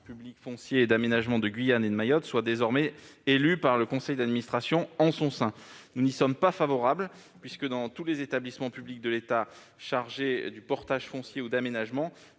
publics fonciers et d'aménagement de Guyane et de Mayotte soient désormais élus par le conseil d'administration en son sein. Nous n'y sommes pas favorables. En effet, dans tous les établissements publics fonciers ou d'aménagement